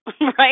right